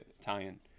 Italian